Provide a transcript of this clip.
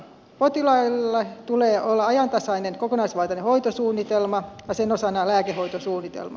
potilailla tulee olla ajantasainen kokonaisvaltainen hoitosuunnitelma ja sen osana lääkehoitosuunnitelma